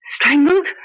Strangled